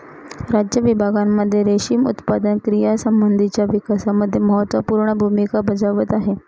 राज्य विभागांमध्ये रेशीम उत्पादन क्रियांसंबंधीच्या विकासामध्ये महत्त्वपूर्ण भूमिका बजावत आहे